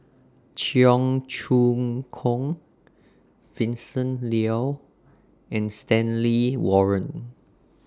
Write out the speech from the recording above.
Cheong Choong Kong Vincent Leow and Stanley Warren